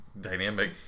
dynamic